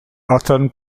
horton